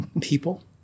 People